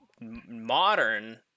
modern